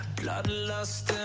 blood lust